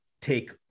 take